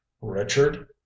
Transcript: Richard